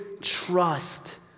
trust